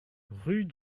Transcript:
rue